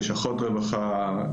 לשכות רווחה,